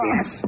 Yes